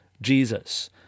Jesus